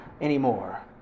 anymore